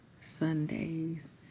Sundays